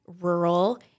rural